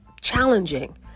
challenging